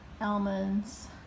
almonds